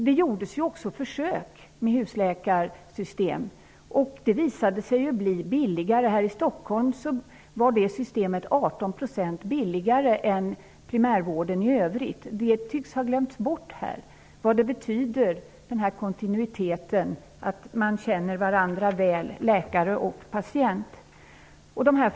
Det gjordes också försök med ett husläkarsystem, vilket visade sig billigare. Här i Stockholm var husläkarsystemet 18 % billigare än primärvården i övrigt. Man tycks ha glömt bort betydelsen av kontinuitet och av att läkare och patienter känner varandra väl.